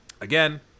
again